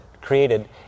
created